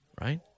Right